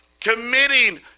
Committing